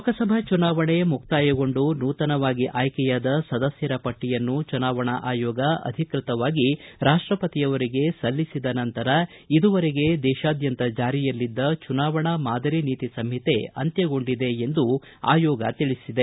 ಲೋಕಸಭೆ ಚುನಾವಣೆ ಮುಕ್ತಾಯಗೊಂಡು ನೂತನವಾಗಿ ಆಯ್ಕೆಯಾದ ಸದಸ್ಟರ ಪಟ್ಟಿಯನ್ನು ಚುನಾವಣಾ ಆಯೋಗ ಅಧಿಕೃತವಾಗಿ ರಾಷ್ಟಪತಿಯವರಿಗೆ ಸಲ್ಲಿಸಿದ ನಂತರ ಇದುವರೆಗೆ ದೇಶಾದ್ಯಂತ ಜಾರಿಯಲ್ಲಿದ್ದ ಚುನಾವಣಾ ಮಾದರಿ ನೀತಿ ಸಂಹಿತೆ ಅಂತ್ಯಗೊಂಡಿದೆ ಎಂದು ಆಯೋಗ ತಿಳಿಸಿದೆ